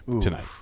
tonight